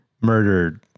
murdered